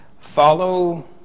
Follow